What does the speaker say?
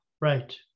right